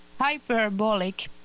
hyperbolic